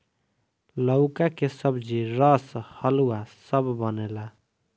लउका के सब्जी, रस, हलुआ सब बनेला